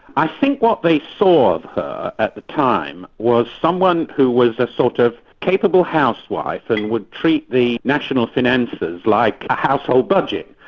i think what they saw of her at the time was someone who was a sort of capable housewife and would treat the national finances like a household budget.